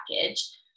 package